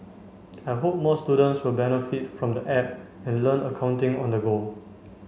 I hope more students will benefit from the App and learn accounting on the go